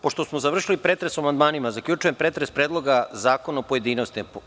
Pošto smo završili pretres o amandmanima, zaključujem pretres Predloga zakona u pojedinostima.